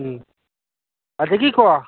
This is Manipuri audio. ꯎꯝ ꯑꯗꯒꯤꯀꯣ